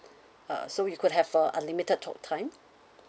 uh so you could have a unlimited talk time